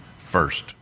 first